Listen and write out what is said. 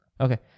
Okay